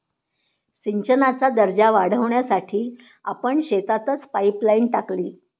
सिंचनाचा दर्जा वाढवण्यासाठी आपण शेतातच पाइपलाइन टाकली